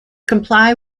comply